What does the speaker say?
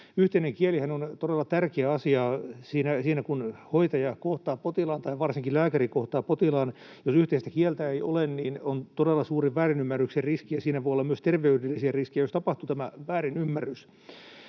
Yhteinen kielihän on todella tärkeä asia siinä, kun hoitaja kohtaa potilaan tai varsinkin kun lääkäri kohtaa potilaan. Jos yhteistä kieltä ei ole, niin on todella suuri väärinymmärryksen riski, ja siinä voi olla myös terveydellisiä riskejä, jos tapahtuu tämä väärinymmärrys.